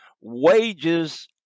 wages